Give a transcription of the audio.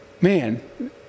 man